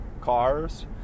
cars